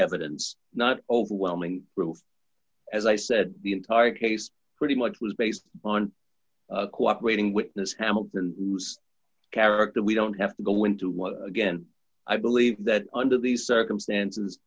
evidence not overwhelming rules as i said the entire case pretty much was based on a cooperating witness how the character we don't have to go into what again i believe that under these circumstances